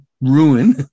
ruin